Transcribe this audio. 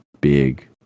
big